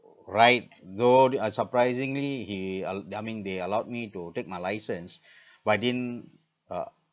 ride though uh surprisingly he al~ I mean they allowed me to take my license but didn't uh